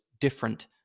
different